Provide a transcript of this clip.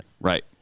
Right